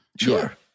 Sure